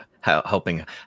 helping